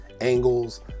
angles